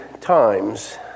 times